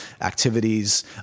activities